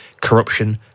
corruption